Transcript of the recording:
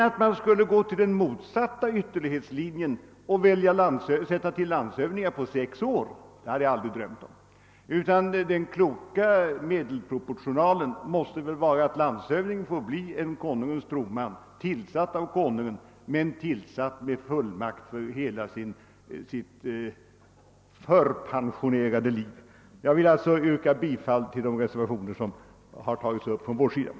Att man skulle gå till den motsatta ytterligheten och tillsätta landshövdingar på sex år hade jag emellertid aldrig drömt om. Den kloka medelvägen i detta sammanhang måste vara att landshövdingen skall vara en Konungens troman, tillsatt av Konungen men med fullmakt för hela sin levnad fram till pensionsåldern. Jag vill yrka bifall till de reservationer från vårt parti som fogats vid förevarande utlåtanden.